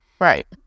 right